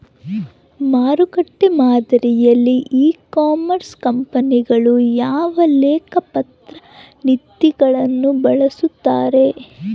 ಮಾರುಕಟ್ಟೆ ಮಾದರಿಯಲ್ಲಿ e commerce ಕಂಪನಿಗಳು ಯಾವ ಲೆಕ್ಕಪತ್ರ ನೇತಿಗಳನ್ನು ಬಳಸುತ್ತಾರೆ?